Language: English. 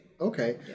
Okay